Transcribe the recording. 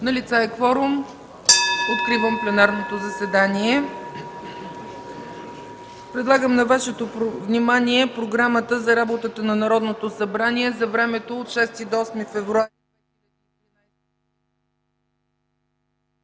Налице е кворум. Откривам пленарното заседание. Предлагам на Вашето внимание Програмата за работа на Народното събрание за времето от 6 до 8 февруари